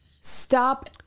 Stop